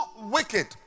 wicked